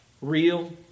real